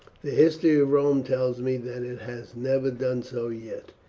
the history of rome tells me that it has never done so yet.